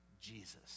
Jesus